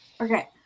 Okay